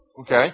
Okay